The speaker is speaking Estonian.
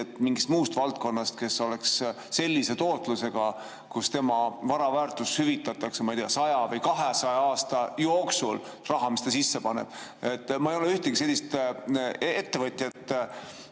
mingist muust valdkonnast, kes oleks sellise tootlusega, kus tema vara väärtus hüvitatakse, ma ei tea, 100 või 200 aasta jooksul. Raha, mis ta sisse paneb. Ma ei ole ühtegi sellist ettevõtjat